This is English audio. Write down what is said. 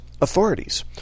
authorities